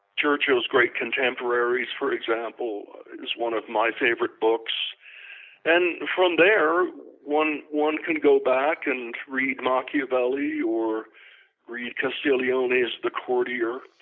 churchill's great contemporaries for example is one of my favorite books and from there one one can go back and read machiavelli or castiglione's the courtier